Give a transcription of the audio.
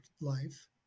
life